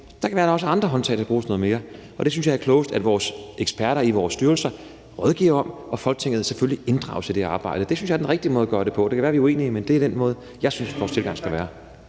Det kan være, der også er andre håndtag, der skal bruges noget mere, og det synes jeg er klogest at vores eksperter i vores styrelser rådgiver om, og at Folketinget selvfølgelig inddrages i det arbejde. Det synes jeg er den rigtige måde at gøre det på. Det kan være, vi er uenige, men det er den måde, jeg synes vores tilgang skal være